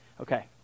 Okay